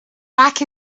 back